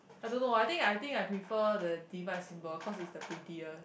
I don't know why I think I think I prefer the divide symbol cause is the prettier